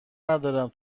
ندارم